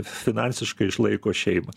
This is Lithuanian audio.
finansiškai išlaiko šeimą